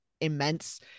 immense